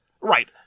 Right